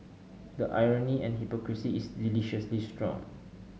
the irony and hypocrisy is deliciously strong